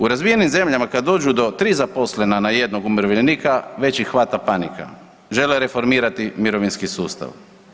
U razvijenim zemljama kad dođu do 3 zaposlena na jednog umirovljenika već ih hvata panika, žele reformirati mirovinski sustav.